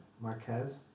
Marquez